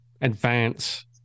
advance